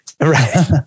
Right